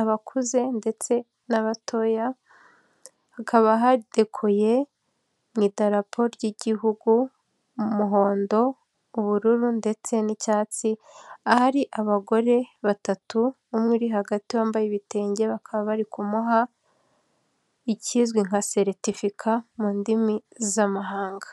abakuze, ndetse n'abatoya, hakaba hadekoye mu idarapo ry'igihugu, umuhondo, ubururu, ndetse n'icyatsi. Ahari abagore batatu, umwe uri hagati wambaye ibitenge, bakaba bari kumuha ikizwi nka seritifika mu ndimi z'amahanga.